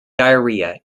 diarrhea